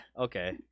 Okay